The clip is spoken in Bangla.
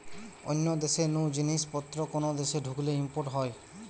অন্য দেশ নু জিনিস পত্র কোন দেশে ঢুকলে ইম্পোর্ট হয়